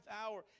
hour